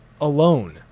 alone